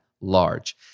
large